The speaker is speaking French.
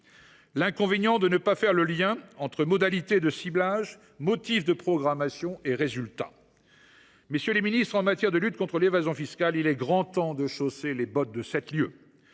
l’inconvénient de ne pas faire de lien entre modalités de ciblage, motifs de programmation et résultats ». Messieurs les ministres, en matière de lutte contre l’évasion fiscale, il est grand temps de chausser les bottes de sept lieues